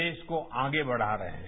देता को आने बढ़ा रहे हैं